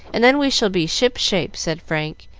and then we shall be ship-shape, said frank,